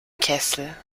kessel